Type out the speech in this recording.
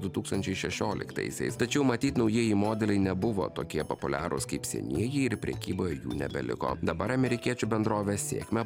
du tūkstančiai šešioliktaisiais tačiau matyt naujieji modeliai nebuvo tokie populiarūs kaip senieji ir prekyboj jų nebeliko dabar amerikiečių bendrovės sėkmę